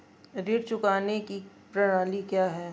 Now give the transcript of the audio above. ऋण चुकाने की प्रणाली क्या है?